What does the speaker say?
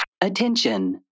attention